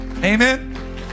Amen